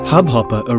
Hubhopper